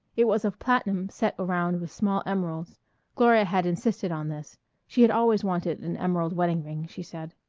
it was of platinum set around with small emeralds gloria had insisted on this she had always wanted an emerald wedding ring, she said.